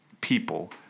people